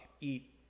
eat